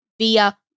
Via